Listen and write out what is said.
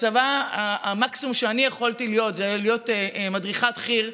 בצבא המקסימום שאני יכולתי להיות זה מדריכת חי"ר.